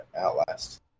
Outlast